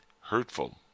hurtful